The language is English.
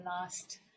last